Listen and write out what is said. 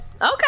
Okay